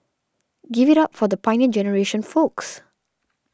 give it up for the Pioneer Generation folks